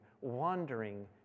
wandering